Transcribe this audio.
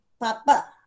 Papa